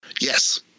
Yes